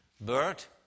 Bert